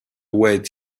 wait